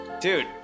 Dude